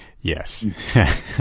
Yes